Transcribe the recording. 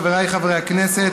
חבריי חברי הכנסת,